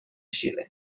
xile